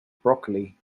broccoli